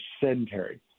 sedentary